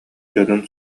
дьонун